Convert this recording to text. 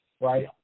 right